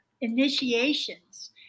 initiations